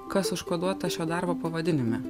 kas užkoduota šio darbo pavadinime